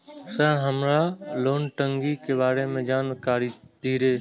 Sir हमरा loan टंगी के बारे में जान कारी धीरे?